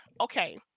okay